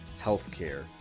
healthcare